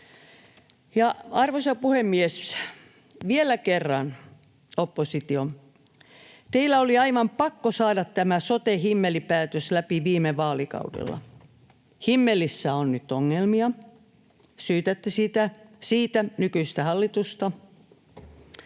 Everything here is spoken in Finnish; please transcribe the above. Arvoisa puhemies! Vielä kerran, oppositio: Teidän oli aivan pakko saada tämä sote-himmelipäätös läpi viime vaalikaudella. Himmelissä on nyt ongelmia, syytätte siitä nykyistä hallitusta.